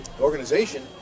organization